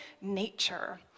nature